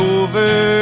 over